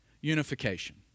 unification